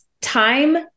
Time